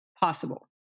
possible